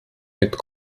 mit